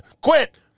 Quit